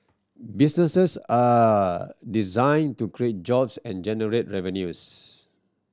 businesses are designed to create jobs and generate revenues